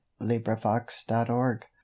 LibriVox.org